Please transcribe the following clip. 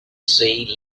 see